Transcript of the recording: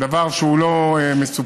דבר שהוא לא מסובסד,